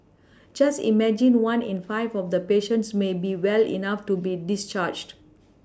just imagine one in five of the patients may be well enough to be discharged